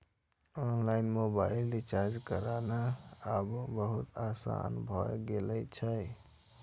online mobile recharge करनाय आब बहुत आसान भए गेल छै